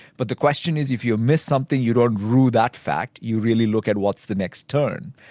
but the question is if you missed something you don't rue that fact, you really look at what's the next turn.